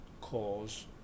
cause